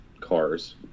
cars